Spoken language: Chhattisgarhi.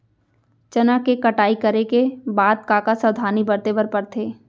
चना के कटाई करे के बाद का का सावधानी बरते बर परथे?